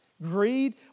Greed